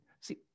see